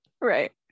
right